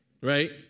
right